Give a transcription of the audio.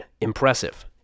Impressive